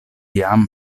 jam